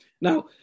Now